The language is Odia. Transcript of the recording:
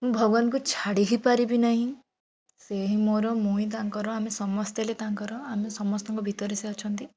ମୁଁ ଭଗବାନଙ୍କୁ ଛାଡ଼ି ହିଁ ପାରିବି ନାହିଁ ସେହି ହିଁ ମୋର ମୁଁ ହିଁ ତାଙ୍କର ଆମେ ସମସ୍ତେ ହେଲେ ତାଙ୍କର ଆମେ ସମସ୍ତଙ୍କ ଭିତରେ ସେ ଅଛନ୍ତି